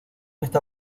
está